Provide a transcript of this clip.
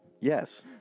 Yes